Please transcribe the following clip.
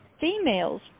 Females